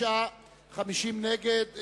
54 נגד,